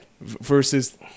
versus